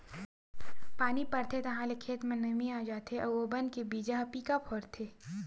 पानी परथे ताहाँले खेत म नमी आ जाथे अउ ओ बन के बीजा ह पीका फोरथे